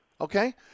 okay